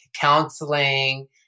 counseling